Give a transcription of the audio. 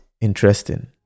interesting